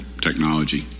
technology